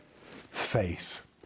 faith